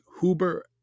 Huber